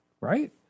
right